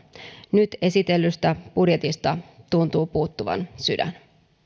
nyt esitellystä budjetista tuntuu puuttuvan sydän